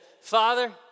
Father